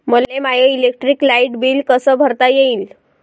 मले माय electric light bill कस भरता येईल?